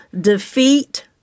defeat